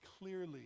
clearly